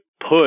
push